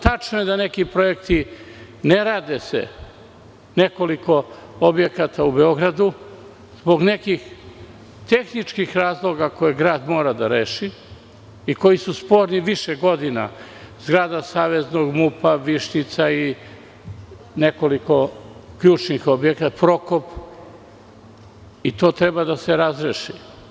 Tačno je da se neki projekti ne rade, nekoliko objekata u Beogradu, zbog nekih tehničkih razloga koje grad mora da reši i koji su sporni više godina - grada Saveznog MUP, Višnjica i nekoliko ključnih objekata, Prokop i to treba da se razreši.